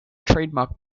trademark